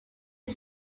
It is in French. est